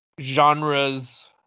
genres